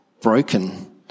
broken